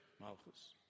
Malchus